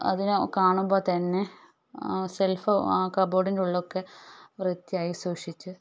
അതിനെ കാണുമ്പം തന്നെ ഷെൽഫ് കബോർഡിൻ്റെ ഉള്ളൊക്കെ വൃത്തിയായി സൂക്ഷിച്ച്